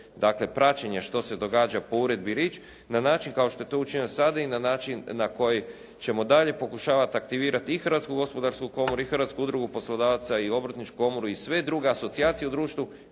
dakle praćenje što se događa po Uredbi Rich na način kao što je to učinjeno sada i na način na koji ćemo dalje pokušavati aktivirati i Hrvatsku gospodarsku komoru i Hrvatsku udrugu poslodavaca i Obrtničku komoru i sve druge asocijacije u društvu